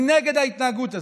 אני נגד ההתנהגות הזאת,